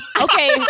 Okay